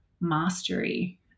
mastery